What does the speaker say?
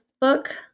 book